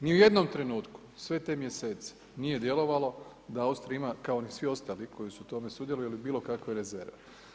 Ni u jednom trenutku sve te mjesece nije djelovalo da Austrija ima kao ni svi ostali koji su u tome sudjelovali bilo kakve rezerve.